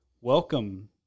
welcome